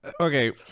okay